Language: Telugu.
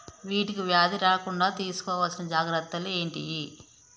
వీటికి వ్యాధి రాకుండా తీసుకోవాల్సిన జాగ్రత్తలు ఏంటియి?